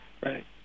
Right